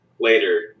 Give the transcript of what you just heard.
later